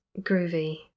groovy